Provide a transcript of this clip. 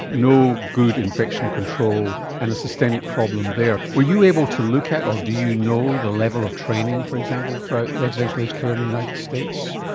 no good infection control, and a systemic problem there. were you able to look at or do you know the level of training, for example, throughout residential aged care in the united states,